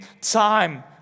time